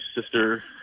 sister